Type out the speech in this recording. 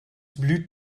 blüht